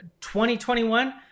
2021